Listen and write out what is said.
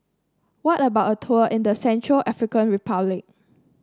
how about a tour in Central African Republic